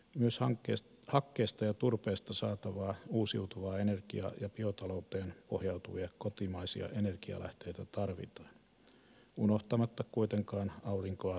myös hakkeesta ja turpeesta saatavaa uusiutuvaa energiaa ja biotalouteen pohjautuvia kotimaisia energialähteitä tarvitaan unohtamatta kuitenkaan aurinko ja tuulienergiaakaan